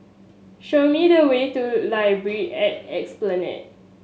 show me the way to Library at Esplanade